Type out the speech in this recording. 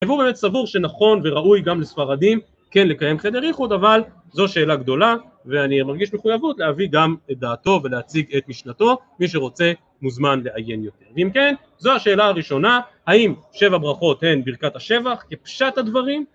החיבור באמת סבור שנכון וראוי גם לספרדים כן לקיים חדר ייחוד, אבל זו שאלה גדולה, ואני מרגיש מחויבות להביא גם את דעתו ולהציג את משנתו מי שרוצה מוזמן לעיין יותר. ואם כן, זו השאלה הראשונה, האם שבע ברכות הן ברכת השבח כפשט הדברים